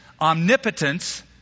omnipotence